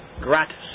gratis